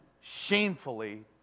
shamefully